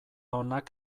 onak